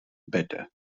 better